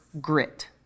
Grit